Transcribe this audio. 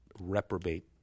reprobate